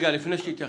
מיכל, בבקשה.